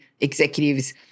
executives